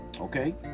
Okay